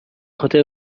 خاطر